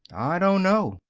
i don't know.